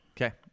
Okay